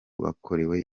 bakorewe